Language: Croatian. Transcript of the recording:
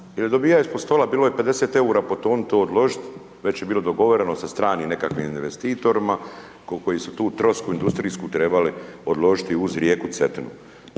dobivao ispod stola, bilo je 50 eura po tonu to odložiti, već je bilo dogovoreno s stranim nekakvim investitorima koliko se tu trosku industrijsku trebale odložiti uz rijeku Cetinu.